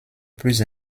plus